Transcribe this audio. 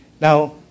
Now